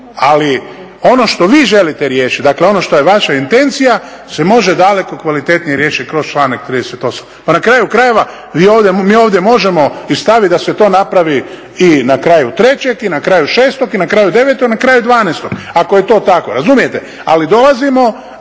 Ali, ono što vi želite riješiti, dakle ono što je vaša intencija se može daleko kvalitetnije riješiti kroz članak 38. Pa na kraju krajeva mi ovdje možemo i staviti da se to napravi i na kraju 3. i na kraju 6. i na kraju 9. i na kraju 12. ako je to tako, razumijete? Ali dolazimo